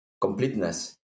completeness